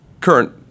current